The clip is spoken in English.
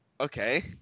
Okay